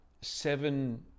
seven